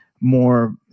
more